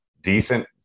decent